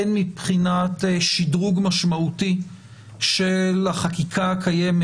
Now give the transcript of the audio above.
הן מבחינת שדרוג משמעותי של החקיקה הקיימת,